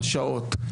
בשעות,